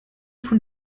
von